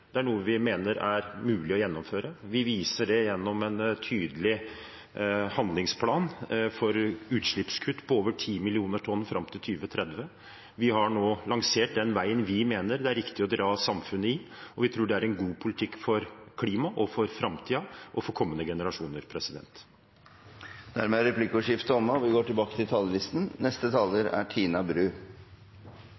er det noe vi står for, det er noe vi mener er mulig å gjennomføre. Vi viser det gjennom en tydelig handlingsplan for utslippskutt på over ti millioner tonn fram til 2030. Vi har nå lansert den veien vi mener det er riktig å dra samfunnet i, og vi tror det er en god politikk for klimaet, framtiden og for kommende generasjoner. Replikkordskiftet er omme.